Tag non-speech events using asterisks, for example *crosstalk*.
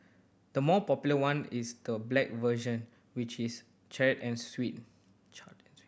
the more popular one is the black version which is charred and sweet *unintelligible*